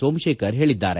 ಸೋಮಶೇಖರ್ ಹೇಳಿದ್ದಾರೆ